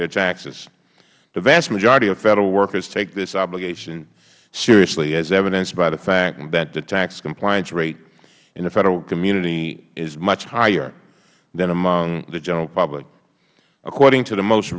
their taxes the vast majority of federal workers take this obligation seriously as evidenced by the fact that the tax compliance rate in the federal community is much higher than among the general public according to the most